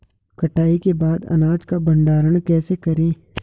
कटाई के बाद अनाज का भंडारण कैसे करें?